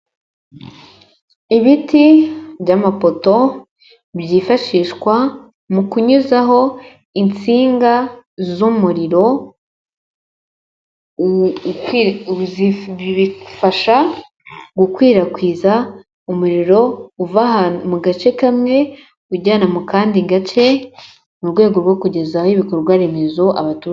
Ibiti by'amapoto byifashishwa mu kunyuzaho itsinga z'umuriro, bifasha gukwirakwiza umuriro uva mu gace kamwe ujyana mu kandi gace, mu rwego rwo kugezaho ibikorwa remezo abaturage.